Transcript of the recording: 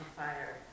fire